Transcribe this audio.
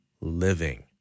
living